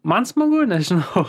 man smagu nežinau